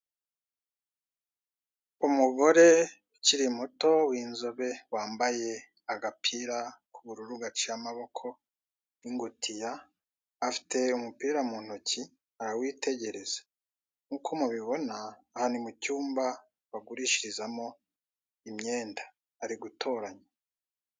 Umugore ukiri muto w'inzobe wambaye agapira k'ubururu gaciye amaboko, n'ingutiya, afite umupira mu ntoki arawitegereza. Nk'uko mubibona aha ni mu cyumba bagurishirizamo imyenda, ari gutoranya.